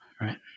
Right